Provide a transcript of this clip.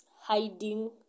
hiding